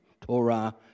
Torah